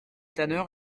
tanneurs